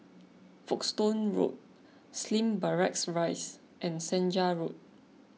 Folkestone Road Slim Barracks Rise and Senja Road